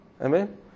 Amen